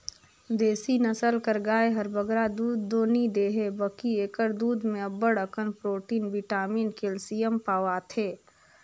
देसी नसल कर गाय हर बगरा दूद दो नी देहे बकि एकर दूद में अब्बड़ अकन प्रोटिन, बिटामिन, केल्सियम पवाथे